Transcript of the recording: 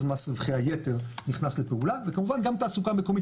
אז מס רווחי היתר נכנס לפעולה וכמובן גם תעסוקה מקומית.